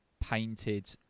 painted